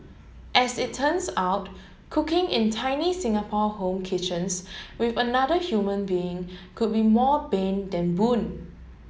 as it turns out cooking in tiny Singapore home kitchens with another human being could be more bane than boon